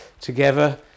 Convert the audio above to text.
together